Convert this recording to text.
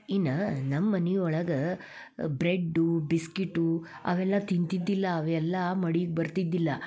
ಇನ್ನು ನಮ್ಮ ಮನೆ ಒಳಗೆ ಬ್ರೆಡ್ಡು ಬಿಸ್ಕಿಟು ಅವೆಲ್ಲ ತಿಂತಿದ್ದಿಲ್ಲ ಅವೆಲ್ಲ ಮಡಿಗೆ ಬರ್ತಿದ್ದಿಲ್ಲ